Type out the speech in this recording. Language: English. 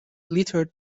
littered